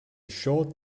short